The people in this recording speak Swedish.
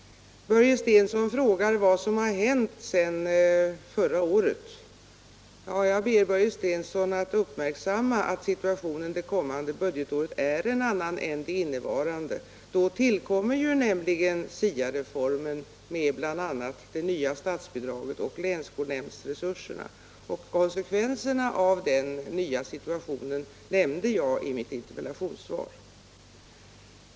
Börje Stensson frågar vad som har hänt sedan förra året. Jag ber Börje Stensson uppmärksamma att situationen det kommande budgetåret är en annan än under det innevarande. Då tillkommer nämligen SIA-reformen med bl.a. det nya statsbidraget och länsskolnämndsresurserna. Konsekvenserna av den nya situationen nämnde jag i mitt interpellationssvar.